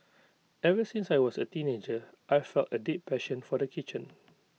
ever since I was A teenager I've felt A deep passion for the kitchen